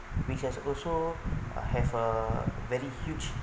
which has also have a very huge